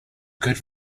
good